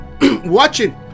watching